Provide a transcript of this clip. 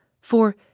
for